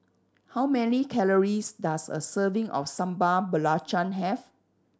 how many calories does a serving of Sambal Belacan have